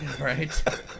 Right